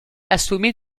assommé